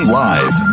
live